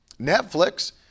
Netflix